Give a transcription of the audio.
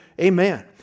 Amen